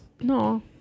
No